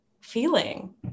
feeling